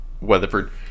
Weatherford